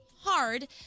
hard